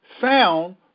sound